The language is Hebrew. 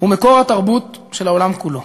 ומקור התרבות של העולם כולו.